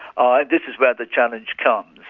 ah this is where the challenge comes.